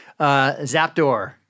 Zapdoor